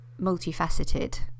multifaceted